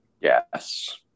Yes